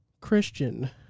Christian